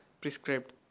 prescribed